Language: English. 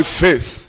faith